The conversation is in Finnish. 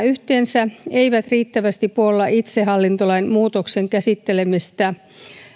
yhteensä riittävästi puolla itsehallintolain muutoksen käsittelemistä